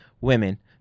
women